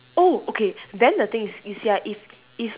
oh okay then the thing is you see ah if if